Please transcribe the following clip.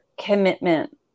commitment